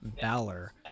Balor